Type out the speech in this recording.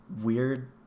weird